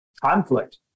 conflict